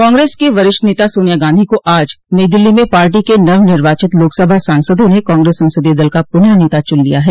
कांग्रेस की वरिष्ठ नेता सोनिया गांधी को आज नई दिल्ली में पार्टी के नवनिर्वाचित लोकसभा सांसदों ने कांग्रेस संसदीय दल का पुनः नेता चुन लिया है